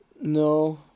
No